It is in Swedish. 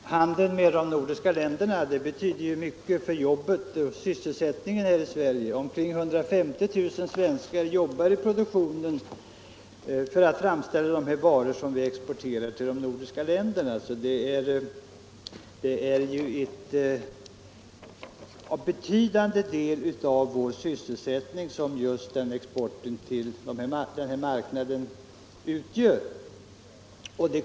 Herr talman! Handeln med de nordiska länderna betyder mycket för sysselsättningen här i Sverige. Omkring 150 000 svenskar arbetar i produktionen för att framställa de varor som vi exporterar till de nordiska länderna. Exporten till denna marknad ger alltså sysselsättning åt ett stort antal människor.